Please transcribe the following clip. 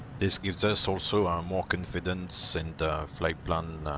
this gives us also um more confidence and flightplan